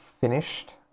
finished